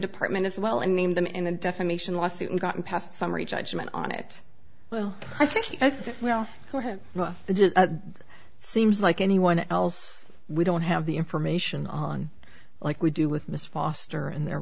department as well and named them in a defamation lawsuit and gotten past summary judgment on it well i think you know seems like anyone else we don't have the information on like we do with miss foster and their